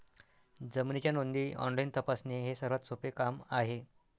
जमिनीच्या नोंदी ऑनलाईन तपासणे हे सर्वात सोपे काम आहे